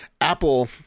Apple